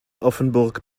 offenburg